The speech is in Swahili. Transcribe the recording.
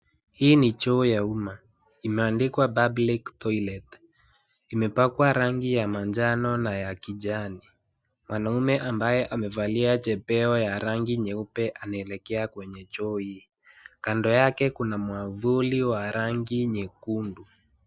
Hii ni choo ya umma imeandikwa Public Toilet imepakwa rangi ya manjano na ya kijani. Mwanaume ambaye amevalia chepeo ya rangi nyeupe anaelekea kwenye choo hii, kando yake kuna mwavuli wa rangi nyekundu.